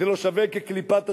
זה לא שווה כקליפת השום,